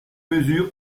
mesure